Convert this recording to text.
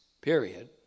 period